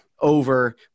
over